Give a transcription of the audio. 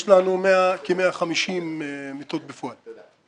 יש לנו כ-150 מיטות בפועל.